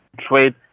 trade